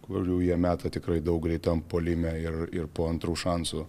kurių jie meta tikrai daug greitam puolime ir ir po antrų šansų